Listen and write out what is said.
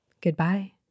Goodbye